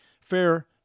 Fair